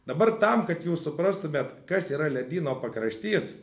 dabar tam kad jūs suprastumėt kas yra ledyno pakraštys